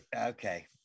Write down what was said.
Okay